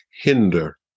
hinder